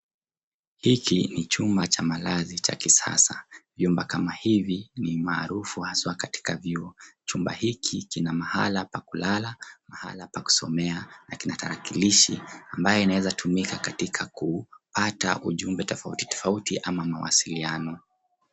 Hiki ni chumba cha malazi cha kisasa. Nyumba kama hivi ni maarufu haswaa katika vyuo. Chumba hiki kina mahala pa kulala, mahala pa kusomea na kina tarakilishi ambayo inaweza tumika katika kupata ujumbe tofautitofauti ama mawasiliano.